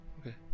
Okay